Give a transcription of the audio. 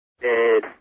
dead